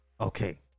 Okay